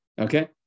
Okay